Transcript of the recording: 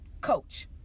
coach